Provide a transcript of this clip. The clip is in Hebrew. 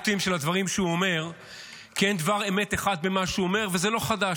כי אין דבר אמת אחד במה שהוא אומר, וזה לא חדש.